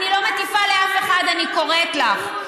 אני לא מטיפה לאף אחד, אני קוראת לך.